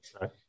right